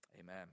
Amen